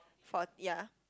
for ya